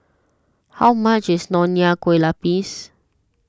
how much is Nonya Kueh Lapis